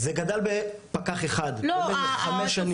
זה גדל בפקח אחד במשך חמש שנים.